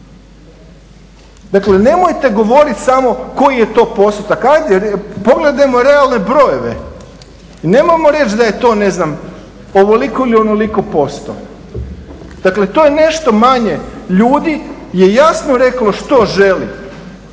Dakle, nemojte govoriti samo koji je to postotak, ajde pogledajmo realne brojeve i nemojmo reći da je to ne znam ovoliko ili onoliko posto. Dakle, to je nešto manje ljudi, je jasno reklo što želi.